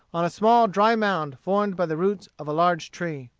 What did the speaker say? on a small dry mound formed by the roots of a large tree.